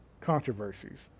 controversies